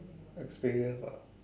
experience lah